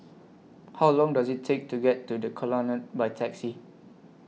How Long Does IT Take to get to The Colonnade By Taxi